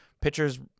pitchers